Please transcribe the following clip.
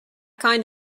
kind